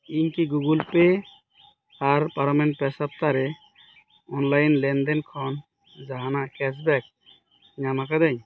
ᱤᱧ ᱠᱤ Google Pay ᱟᱨ ᱯᱟᱨᱚᱢᱮᱱ ᱯᱮ ᱥᱟᱯᱛᱟᱨᱮ ᱚᱱᱞᱟᱭᱤᱱ ᱞᱮᱱᱫᱮᱱ ᱠᱷᱚᱱ ᱡᱟᱦᱟᱸᱱᱟᱜ ᱠᱮᱥᱵᱮᱠ ᱧᱟᱢ ᱟᱠᱟᱫᱟᱹᱧ